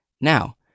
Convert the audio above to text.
Now